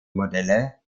modelle